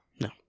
No